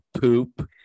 poop